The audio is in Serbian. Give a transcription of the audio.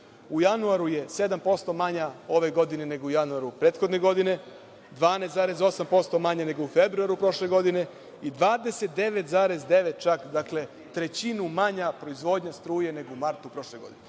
u januaru je 7% manja ove godine nego u januaru prethodne godine, 12,8% manja nego u februaru prošle godine i 29,9, dakle, čak trećinu manja proizvodnja struje nego u martu prošle godine.